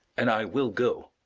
and i will go.